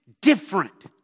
different